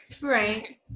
right